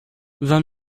vingt